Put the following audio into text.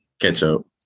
Ketchup